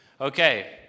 Okay